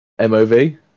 MOV